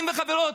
חברים וחברות,